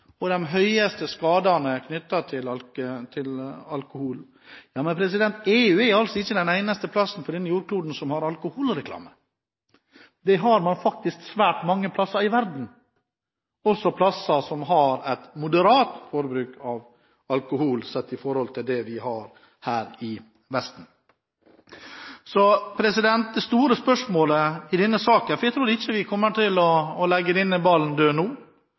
alkoholreklame. Det har man faktisk svært mange plasser i verden, også plasser som har et moderat forbruk av alkohol sett i forhold til det vi har her i Vesten. Jeg tror ikke vi kommer til å legge denne ballen død nå, for denne saken kommer til å komme tilbake igjen i en eller annen form. Nå